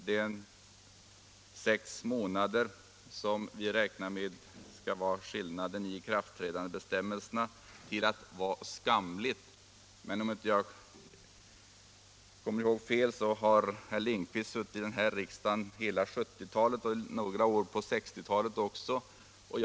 De sex månader som vi räknar med skall vara skillnaden mellan de olika ikraftträdandebestämmelserna fick han att bli skamliga. Om jag inte minns fel har herr Lindkvist suttit i riksdagen hela 1970 talet samt några år på 1960-talet.